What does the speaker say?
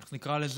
איך נקרא לזה?